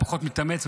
הוא פחות מתאמץ,